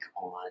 on